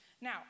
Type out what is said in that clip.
Now